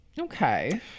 Okay